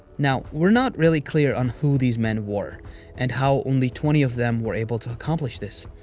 now, we're not really clear on who these men were and how only twenty of them were able to accomplish this.